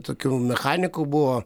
tokių mechanikų buvo